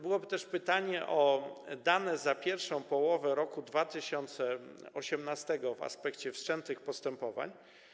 Było też pytanie o dane za pierwszą połowę roku 2018 w aspekcie wszczętych postępowań.